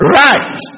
right